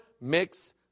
mix